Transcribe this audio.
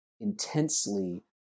intensely